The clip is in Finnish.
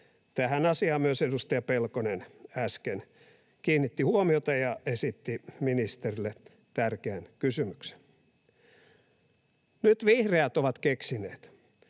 Tähän asiaan myös edustaja Pelkonen äsken kiinnitti huomiota ja esitti ministerille tärkeän kysymyksen. Nyt vihreät ovat keksineet,